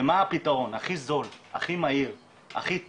ומה הפתרון הכי זול, הכי מהיר, הכי טוב,